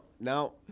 No